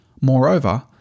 Moreover